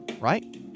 right